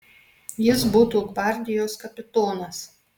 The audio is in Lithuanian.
jis būtų gvardijos kapitonas